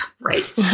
right